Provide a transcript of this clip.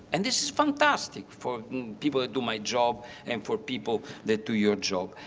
and this is fantastic for people that do my job and for people that do your job.